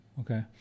okay